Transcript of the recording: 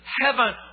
heaven